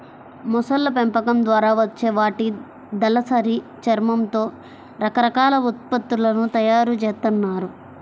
మొసళ్ళ పెంపకం ద్వారా వచ్చే వాటి దళసరి చర్మంతో రకరకాల ఉత్పత్తులను తయ్యారు జేత్తన్నారు